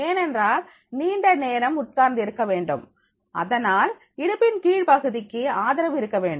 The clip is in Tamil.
ஏனென்றால் நீண்ட நேரம் உட்கார்ந்திருக்க வேண்டும் அதனால் இடுப்பின் கீழ்ப் பகுதிக்கு ஆதரவு இருக்க வேண்டும்